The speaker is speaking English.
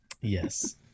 Yes